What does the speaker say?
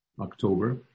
October